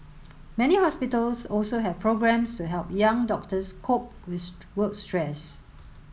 many hospitals also have programmes to help young doctors cope with work stress